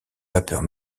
vapeurs